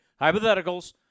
hypotheticals